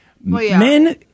Men